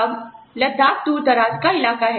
अब लद्दाख दूर दराज का इलाका है